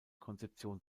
konzeption